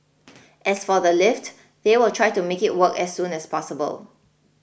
as for the lift they will try to make it work as soon as possible